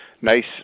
nice